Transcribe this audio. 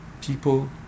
People